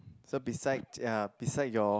so beside ya beside your